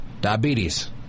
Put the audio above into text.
Diabetes